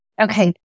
Okay